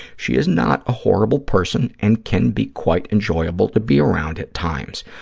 she is not a horrible person and can be quite enjoyable to be around at times,